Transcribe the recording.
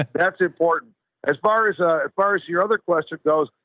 that's important as far as, ah as far as your other question goes,